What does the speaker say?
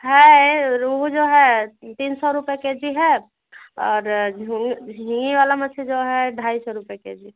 हाँ है रोहू जो है तीन सौ रुपये के जी है और झिंगी झिंगी वाला मच्छी जो है ढाई सौ रुपया के जी